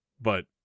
But-